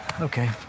Okay